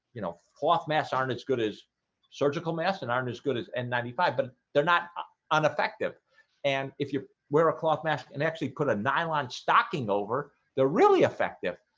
you know cloth mass aren't as good as surgical masks and aren't as good as and ninety five, but they're not uneffective and if you wear a cloth mask and actually put a nylon stocking over there really effective